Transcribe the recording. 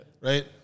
Right